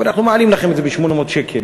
אבל אנחנו מעלים לכם את זה ב-800 שקל,